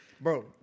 Bro